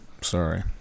sorry